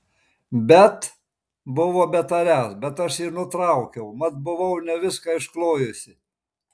bet buvo betariąs bet aš jį nutraukiau mat buvau ne viską išklojusi